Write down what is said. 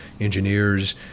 engineers